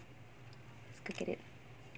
go get it